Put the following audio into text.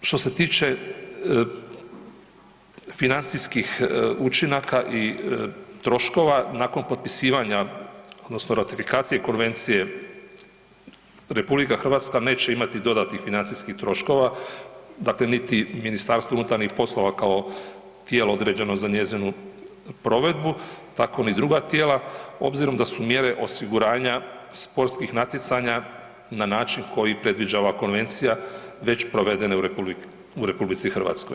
U, što se tiče financijskih učinaka i troškova nakon potpisivanja odnosno ratifikacije konvencije RH neće imati dodatnih financijskih troškova, dakle niti MUP kao tijelo određeno za njezinu provedbu, tako ni druga tijela obzirom da su mjere osiguranja sportskih natjecanja na način koji predviđa ova konvencija već provedene u RH.